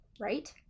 Right